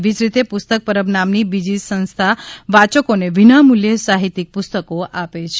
એવી જ રીતે પુસ્તક પરબ નામની બીજી સંસ્થા વાંચકોને વિનામુલ્યે સાહિત્યિક પુસ્તકો આપે છે